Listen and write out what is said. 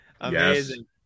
Amazing